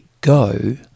go